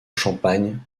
champagne